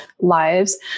lives